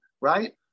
right